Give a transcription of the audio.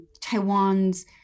Taiwan's